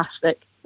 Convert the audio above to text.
fantastic